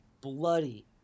bloody